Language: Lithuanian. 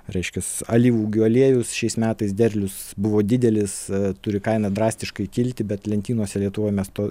reiškias alyvuogių aliejaus šiais metais derlius buvo didelis turi kaina drastiškai kilti bet lentynose lietuvoj mes to